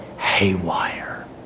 haywire